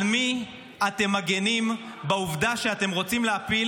על מי אתם מגינים בעובדה שאתם רוצים להפיל